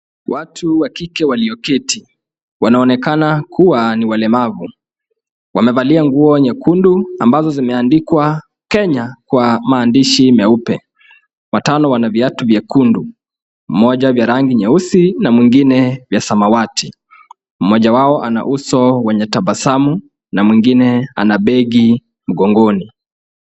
Watu wa kike walioketi, wanaonekana kuwa ni walemavu. Wamevalia nguo nyekundu ambazo zimeandikwa Kenya kwa maandishi meupe. Watano wana viatu vya rangi nyekundu, mmoja vya rangi nyeupe na mwingine vya samwati. Mmoja wao ana uso wenye tabasamu na mwingine ana begi mgongoni.